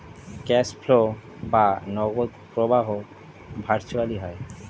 cash flow বা নগদ প্রবাহ ভার্চুয়ালি হয়